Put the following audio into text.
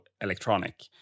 electronic